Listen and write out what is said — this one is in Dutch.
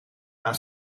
aan